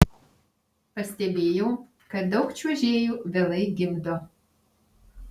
pastebėjau kad daug čiuožėjų vėlai gimdo